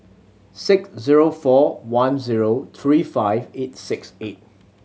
six zero four one zero three five eight six eight